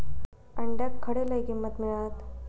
अंड्याक खडे लय किंमत मिळात?